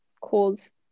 cause